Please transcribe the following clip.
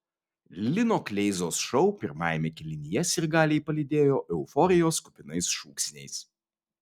lino kleizos šou pirmajame kėlinyje sirgaliai palydėjo euforijos kupinais šūksniais